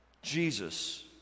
Jesus